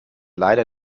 leider